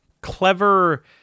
clever